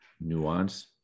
nuance